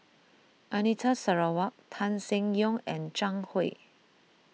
Anita Sarawak Tan Seng Yong and Zhang Hui